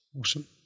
Awesome